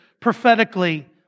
prophetically